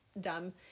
dumb